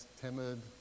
timid